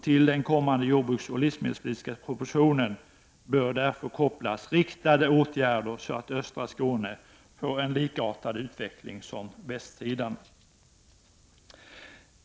Till den kommande jordbruksoch livsmedelspolitiska propositionen bör därför riktade åtgärder kopplas, så att östra Skåne får en utveckling som liknar västsidans.